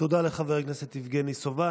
תודה לחבר הכנסת יבגני סובה.